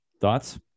Thoughts